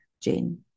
Jane